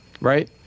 Right